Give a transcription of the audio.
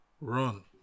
Run